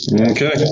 Okay